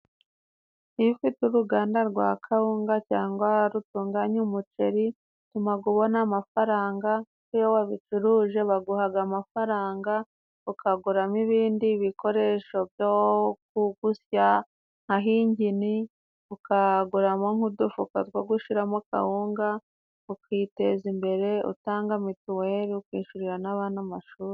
Iyo ufite uruganda rw'akawunga cyangwa rutunganya umuceri bitumaga ubona amafaranga kuko iyo wabicuruje baguhaga amafaranga ukaguramo ibindi bikoresho byo gusya nka hingini, ukaguramo nk'udufuka two gushiramo kawunga ,ukiteza imbere utanga mituweli ukishurira n'abana amashuri.